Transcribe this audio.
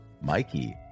Mikey